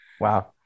Wow